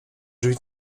drzwi